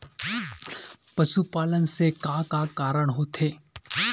पशुपालन से का का कारण होथे?